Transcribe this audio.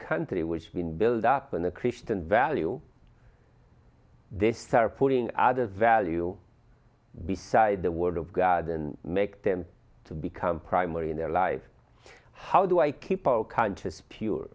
country which been build up and the christian value this are putting other value beside the word of god and make them to become primary in their life how do i keep our conscious pure